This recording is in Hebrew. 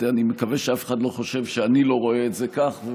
אני מקווה שאף אחד לא חושב שאני לא רואה את זה כך,